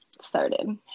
started